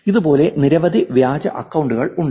ഇതുപോലെ നിരവധി വ്യാജ അക്കൌണ്ടുകൾ ഉണ്ട്